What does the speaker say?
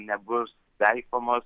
nebus taikomos